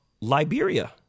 Liberia